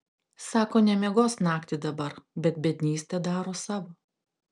sako nemiegos naktį dabar bet biednystė daro savo